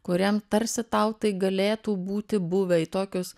kuriam tarsi tau tai galėtų būti buvę į tokius